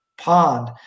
pond